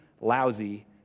lousy